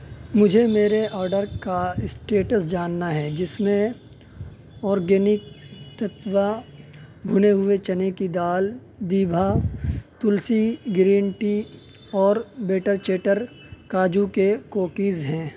مجھے میرے آرڈر کا اسٹیٹس جاننا ہے جس میں اورگینک تتوہ بھنے ہوئے چنے کی دال دیگھا تلسی گرین ٹی اور بیٹر چیٹر کاجو کے کوکیز ہیں